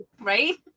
right